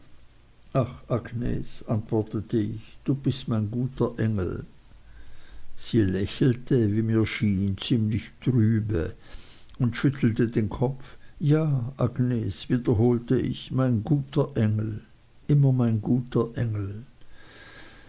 antwortete ich du bist mein guter engel sie lächelte wie mir schien ziemlich trübe und schüttelte den kopf ja agnes wiederholte ich mein guter engel immer mein guter engel